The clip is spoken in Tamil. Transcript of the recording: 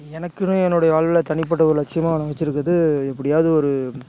எனக்குன்னு என்னுடைய வாழ்வில் தனிப்பட்ட ஒரு லட்சியமாக நான் வச்சுருக்கிறது எப்டியாவது ஒரு